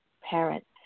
parent